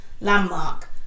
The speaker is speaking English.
landmark